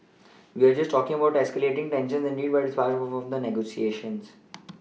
we're all talking about escalating tensions indeed but it's part of the negotiations